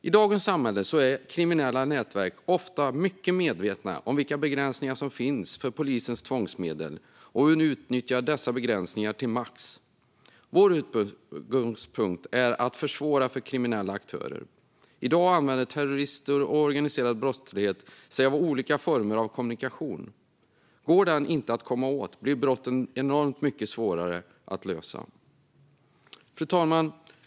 I dagens samhälle är kriminella nätverk ofta mycket medvetna om vilka begränsningar som finns för polisens tvångsmedel, och de utnyttjar dessa begränsningar till max. Vår utgångspunkt är att man ska försvåra för kriminella aktörer. I dag använder sig terrorister och organiserad brottslighet av olika former av kommunikation, och går den inte att komma åt blir brotten enormt mycket svårare att lösa. Fru talman!